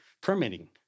permitting